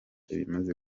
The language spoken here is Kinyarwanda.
ibimaze